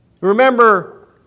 Remember